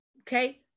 okay